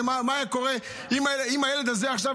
הרי מה היה קורה אם הילד הזה עכשיו,